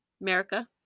America